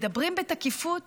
מדברים בתקיפות